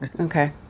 Okay